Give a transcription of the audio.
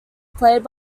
played